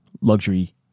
luxury